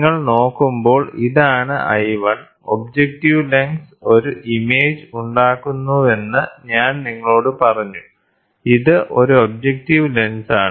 നിങ്ങൾ നോക്കുമ്പോൾ ഇതാണ് I1 ഒബ്ജക്ടീവ് ലെൻസ് ഒരു ഇമേജ് ഉണ്ടാക്കുന്നുവെന്ന് ഞാൻ നിങ്ങളോട് പറഞ്ഞു ഇത് ഒരു ഒബ്ജക്ടീവ് ലെൻസാണ്